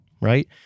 right